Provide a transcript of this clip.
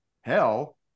hell